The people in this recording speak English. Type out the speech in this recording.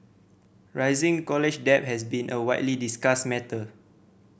rising college debt has been a widely discussed matter